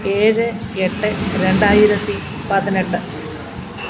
ഏഴ് എട്ട് രണ്ടായിരത്തി പതിനെട്ട്